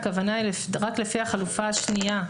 הכוונה היא רק לפי החלופה השנייה.